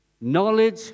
knowledge